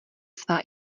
svá